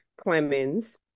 Clemens